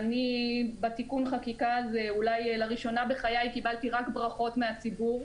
בתיקון החקיקה הזה אולי לראשונה בחיי קיבלתי רק ברכות מהציבור.